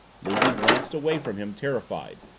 lizzie glanced away from him, terrified.